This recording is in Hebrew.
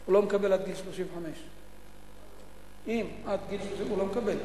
הוא לא מקבל עד גיל 35. הוא לא מקבל.